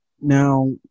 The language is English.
Now